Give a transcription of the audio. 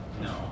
No